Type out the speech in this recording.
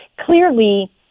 clearly